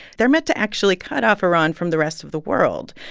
they're meant to actually cut off iran from the rest of the world.